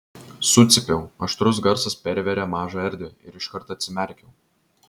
sucypiau aštrus garsas pervėrė mažą erdvę ir iškart atsimerkiau